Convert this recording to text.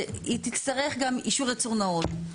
היא תצטרך גם אישור ייצור נאות.